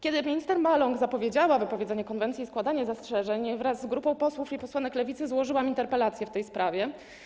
Kiedy minister Maląg zapowiedziała wypowiedzenie konwencji i składanie zastrzeżeń, wraz z grupa posłów i posłanek Lewicy złożyłam interpelację w tej sprawie.